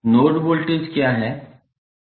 node voltage क्या है